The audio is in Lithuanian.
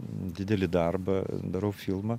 didelį darbą darau filmą